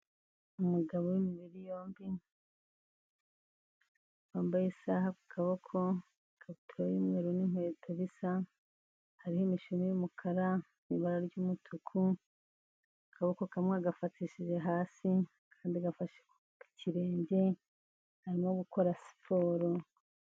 Umugabo w'imibiri yombi, wambaye isaha ku kaboko, ikabutura y'umweru n'inkweto bisa, hariho imishumi y'umukara n'ibara ry'umutuku, akaboko kamwe yagafatishije hasi, akandi gafashe ku kirenge, arimo gukora siporo.